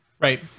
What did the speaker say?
Right